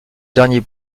dernier